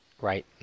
Right